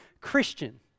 Christian